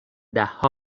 دهها